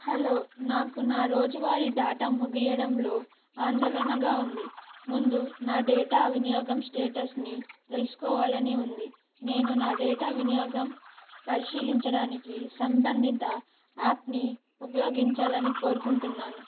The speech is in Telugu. హలో నాకు నా రోజువారి డేటా ముగియడంలో ఆందోళనగా ఉంది ముందు నా డేటా వినియోగం స్టేటస్ని తెలుసుకోవాలని ఉంది నేను నా డేటా వినియోగం పరిశీలించడానికి సంబంధిత యాప్ని ఉపయోగించాలని కోరుకుంటున్నాను